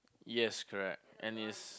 yes correct and is